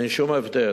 אין שום הבדל.